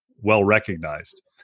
well-recognized